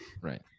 Right